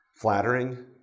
flattering